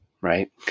Right